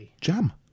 jam